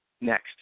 Next